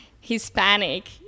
Hispanic